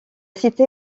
cité